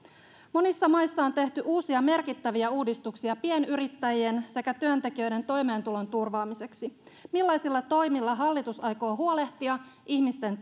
monissa maissa on tehty uusia merkittäviä uudistuksia pienyrittäjien sekä työntekijöiden toimeentulon turvaamiseksi millaisia toimilla hallitus aikoo huolehtia ihmisten